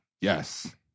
yes